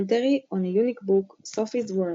Commentary on a unique book Sophie's World